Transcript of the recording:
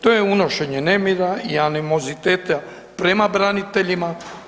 To je unošenje nemira i animoziteta prema braniteljima.